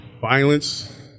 violence